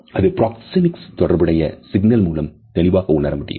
அது பிராக்சேமிக்ஸ் தொடர்புடைய சிக்னல் மூலம் தெளிவாக உணர முடியும்